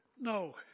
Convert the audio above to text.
No